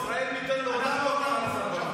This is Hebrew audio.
ישראל ביתנו מעולם לא